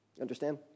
understand